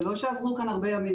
זה לא שעברו הרבה ימים.